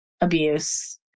abuse